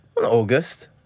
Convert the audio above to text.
August